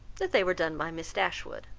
that they were done by miss dashwood.